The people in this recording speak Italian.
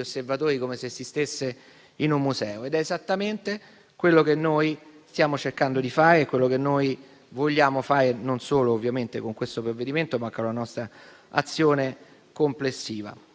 osservatori come se si stesse in un museo ed è esattamente quello che noi stiamo cercando di fare. È quello che vogliamo fare, non solo ovviamente con questo provvedimento, ma con la nostra azione complessiva,